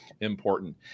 important